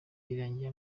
birangiye